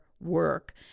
work